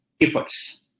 efforts